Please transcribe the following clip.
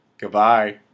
Goodbye